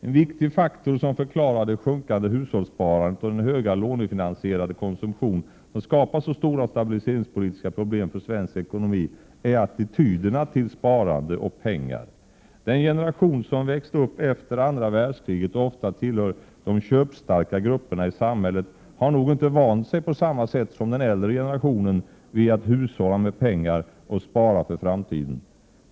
En viktig faktor som förklarar det sjunkande hushållssparandet och den höga lånefinansierade konsumtion som skapar så stora stabiliseringspolitiska problem för svensk ekonomi är attityderna till sparande och pengar. Den generation som växt upp efter andra världskriget och ofta tillhör de köpstarka grupperna i samhället har nog inte på samma sätt som den äldre generationen vant sig vid att hushålla med pengar och spara för framtiden.